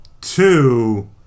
two